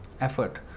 effort